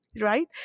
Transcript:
right